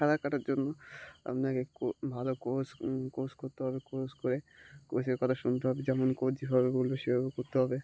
সাঁতার কাটার জন্য আপনাকে কো ভালো কোচ কোচ করতে হবে কোচ করে কোচের কথা শুনতে হবে যেমন কোচ যেভাবে বলবেো সেভাবে করতে হবে